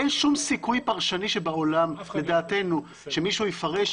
סיכוי פרשני בעולם לדעתנו שמישהו יפרש